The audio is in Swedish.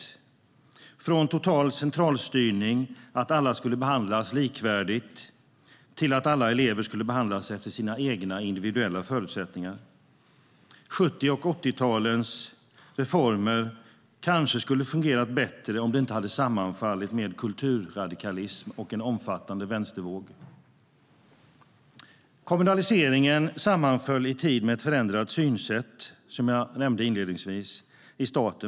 Man gick från en total centralstyrning, där alla skulle behandlas likvärdigt, till att alla elever skulle behandlas efter sina egna individuella förutsättningar. 70 och 80-talens reformer skulle kanske ha fungerat bättre om de inte hade sammanfallit med kulturradikalism och en omfattande vänstervåg. Kommunaliseringen sammanföll i tid med ett förändrat synsätt i staten, som jag nämnde inledningsvis.